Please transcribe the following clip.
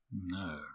No